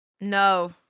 no